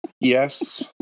Yes